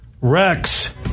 Rex